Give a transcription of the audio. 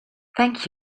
thank